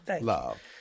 Love